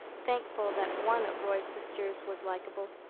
thankful that one of roy's sisters was likable.